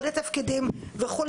בעלי תפקידים וכו',